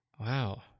Wow